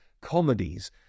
comedies